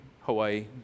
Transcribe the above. Hawaii